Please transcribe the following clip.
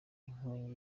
inkongi